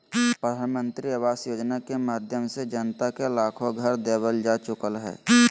प्रधानमंत्री आवास योजना के माध्यम से जनता के लाखो घर देवल जा चुकलय हें